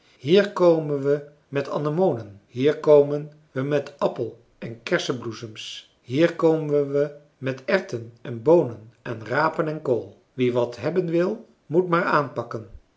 hier komen we met anemonen hier komen we met appel en kersebloesems hier komen we met erwten en boonen en rapen en kool wie wat hebben wil moet maar aanpakken